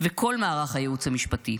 וכל מערך הייעוץ המשפטי,